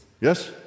Yes